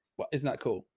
well, isn't that cool?